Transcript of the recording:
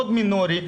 מאוד מינורי,